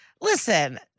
listen